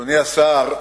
אדוני השר,